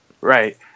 Right